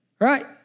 Right